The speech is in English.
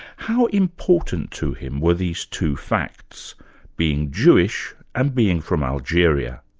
how important to him were these two facts being jewish and being from algeria?